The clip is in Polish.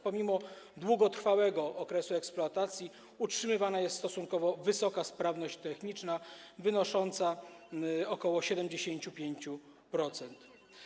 Pomimo długotrwałego okresu eksploatacji utrzymywana jest stosunkowo wysoka sprawność techniczna wynosząca ok. 75%.